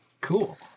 Cool